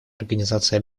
организации